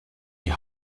die